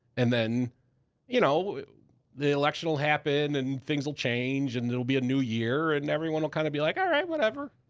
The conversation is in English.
and then you know the election'll happen, and things'll change, and it'll be a new year. and everyone'll kinda be like, all right, whatever.